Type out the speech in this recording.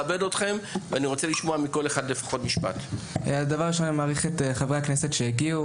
דבר ראשון, אני מעריך את חברי הכנסת שהגיעו.